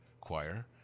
choir